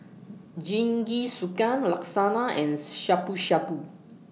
Jingisukan Lasagna and Shabu Shabu